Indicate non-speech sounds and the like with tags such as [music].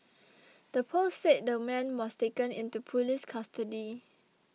[noise] the post said the man was taken into police custody